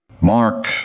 Mark